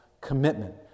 commitment